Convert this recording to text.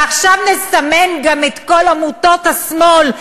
ועכשיו נסמן גם את כל עמותות השמאל,